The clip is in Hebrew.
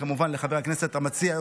כמובן לחבר הכנסת המציע,